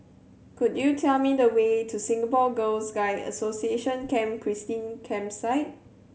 could you tell me the way to Singapore Girls Guide Association Camp Christine Campsite